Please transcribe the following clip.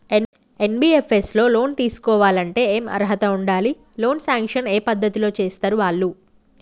NBFS లో loan తీస్కోవాలంటే ఏం అర్హత ఉండాలి? లోన్ సాంక్షన్ ఏ పద్ధతి లో చేస్తరు వాళ్లు?